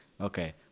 Okay